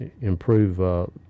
improve